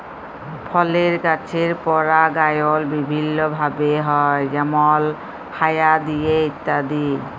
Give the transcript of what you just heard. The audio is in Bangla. ফলের গাছের পরাগায়ল বিভিল্য ভাবে হ্যয় যেমল হায়া দিয়ে ইত্যাদি